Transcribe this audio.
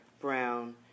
brown